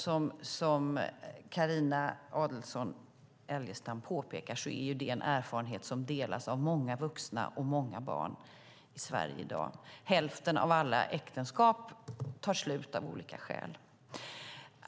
Som Carina Adolfsson Elgestam påpekar är det en erfarenhet som delas av många vuxna och många barn i Sverige i dag. Hälften av alla äktenskap tar slut av olika skäl.